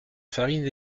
farine